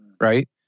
right